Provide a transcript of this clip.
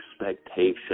expectation